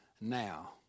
now